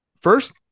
first